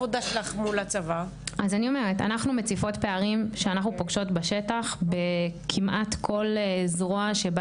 אנחנו מציפות פערים שאנחנו פוגשות בשטח בכמעט כל זרוע שבה